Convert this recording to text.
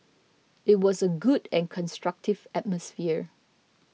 it was a good and constructive atmosphere